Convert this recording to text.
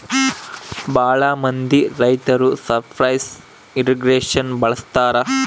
ಭಾಳ ಮಂದಿ ರೈತರು ಸರ್ಫೇಸ್ ಇರ್ರಿಗೇಷನ್ ಬಳಸ್ತರ